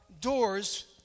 doors